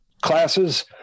classes